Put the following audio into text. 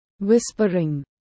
Whispering